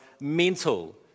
mental